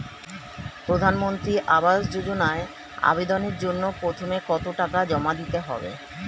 প্রধানমন্ত্রী আবাস যোজনায় আবেদনের জন্য প্রথমে কত টাকা জমা দিতে হবে?